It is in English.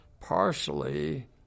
partially